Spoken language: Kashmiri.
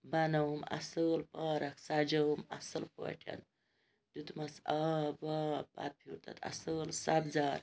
بَنٲوٕم اَصٕل پارک سَجٲوٕم اَصٕل پٲٹھۍ دیُتمَس آب واب پَتہٕ پھیوٗر تَتھ اَصۭل سبزار